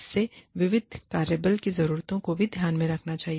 इसमें विविध कार्यबल की ज़रूरतों को भी ध्यान में रखा जाना चाहिए